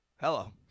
hello